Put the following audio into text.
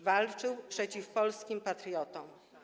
Walczył przeciw polskim patriotom.